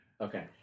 Okay